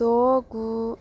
द' गु